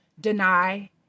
deny